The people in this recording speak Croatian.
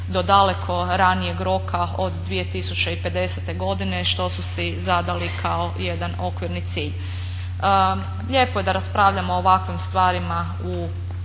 do daleko ranijeg roka od 2050. godine što su si zadali kao jedan okvirni cilj. Lijepo je da raspravljamo o ovakvim stvarima u